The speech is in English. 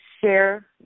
share